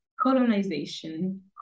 colonization